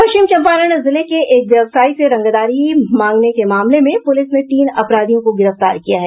पश्चिम चम्पारण जिले के एक व्यवसायी से रंगदारी मांगने के मामले में पुलिस ने तीन अपराधियों को गिरफ्तार किया है